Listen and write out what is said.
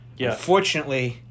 Unfortunately